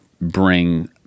bring